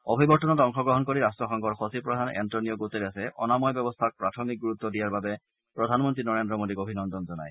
অভিৱৰ্তনত অংশগ্ৰহণ কৰি ৰাট্টসংঘৰ সচিবপ্ৰধান এণ্টনিঅ গুটেৰেছে অনাময় ব্যৱস্থাক প্ৰাথমিক গুৰুত্ব দিয়াৰ বাবে প্ৰধানমন্ত্ৰী নৰেন্দ্ৰ মোদীক অভিনন্দন জনায়